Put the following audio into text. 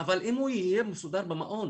אבל אם הוא יהיה מסודר במעון